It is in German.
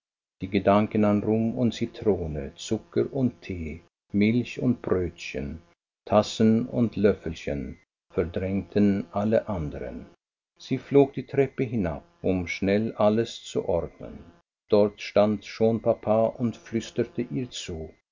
die gedanken an rum und zitrone zucker und tee milch und brötchen tassen und löffelchen verdrängten alle andern sie flog die treppe hinab um schnell alles zu ordnen dort stand schon papa und flüsterte ihr zu